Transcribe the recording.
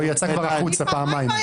היא יצאה החוצה כבר פעמיים.